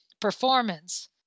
performance